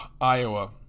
Iowa